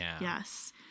Yes